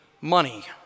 money